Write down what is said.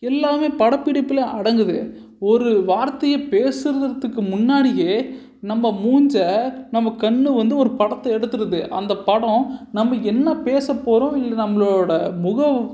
எல்லாமே படப்பிடிப்பில் அடைஞ்சுது ஒரு வார்த்தையை பேசுகிறதுக்கு முன்னாடியே நம்ம மூஞ்சி நம்ம கண் வந்து ஒரு படத்தை எடுத்துடுது அந்த படம் நம்ம என்ன பேசப்போகிறோம் நம்மளோடய முக